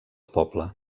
poble